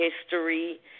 history